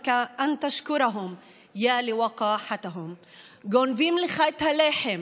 ומתרגמת:) גונבים לך את הלחם